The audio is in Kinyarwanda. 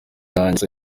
yanjye